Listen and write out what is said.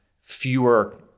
fewer